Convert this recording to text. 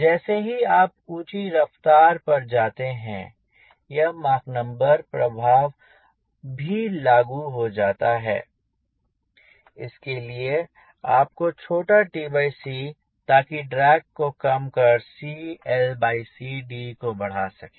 जैसे ही आप ऊँची रफ्तार पर जाते हैं यह मॉक नंबर प्रभाव भी लागू हो जाता है और इसके लिए आपको छोटा चाहिए ताकि ड्रैग को कम कर CLCDको बढ़ा सकें